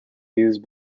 used